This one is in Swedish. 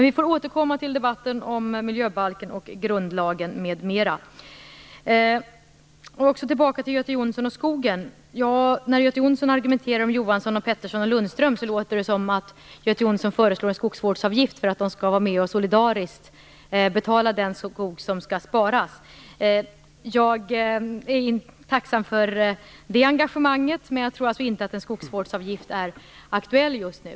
Vi får återkomma till debatten om miljöbalken, grundlagen m.m. När Göte Jonsson argumenterar om Johansson, Pettersson och Lundström låter det som om han föreslår en skogsvårdsavgift för att de solidariskt skall betala den skog som skall sparas. Jag är tacksam för det engagemanget, men jag tror inte att en skogsvårdsavgift är aktuell just nu.